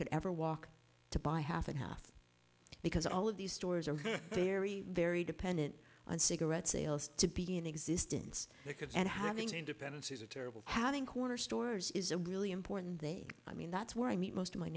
could ever walk to buy half and half because all of these stores are very very dependent on cigarette sales to be in existence and having independence is a terrible having corner stores is a really important day i mean that's where i meet most of my